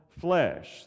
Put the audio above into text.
flesh